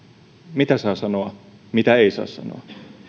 mitä saa sanoa mitä ei saa sanoa